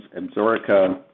Absorica